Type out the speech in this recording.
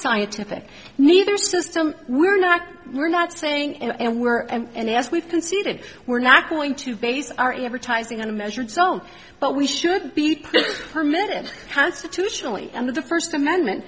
scientific neither system we're not we're not saying and we're and as we've conceded we're not going to base our advertising on a measured zone but we should be permitted constitutionally under the first amendment